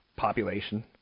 population